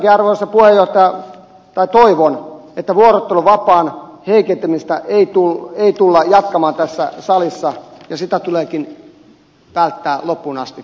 ehdotankin arvoisa puheenjohtaja tai toivon että vuorotteluvapaan heikentämistä ei tulla jatkamaan tässä salissa ja sitä tuleekin välttää loppuun asti